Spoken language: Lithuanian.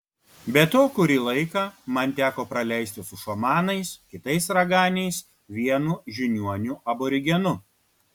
be to kurį laiką man teko praleisti su šamanais kitais raganiais vienu žiniuoniu aborigenu